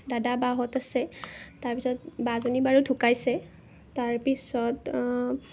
দাদা বাহঁত আছে তাৰপাছত বাজনী বাৰু ঢুকাইছে তাৰ পিছত